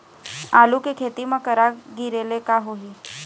आलू के खेती म करा गिरेले का होही?